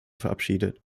verabschiedet